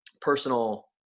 personal